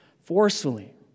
forcefully